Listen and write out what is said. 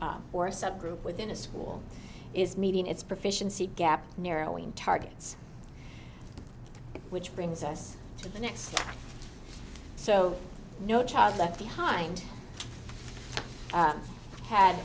or a subgroup within a school is meeting its proficiency gap narrowing targets which brings us to the next so no child left behind